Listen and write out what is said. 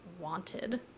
wanted